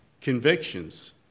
convictions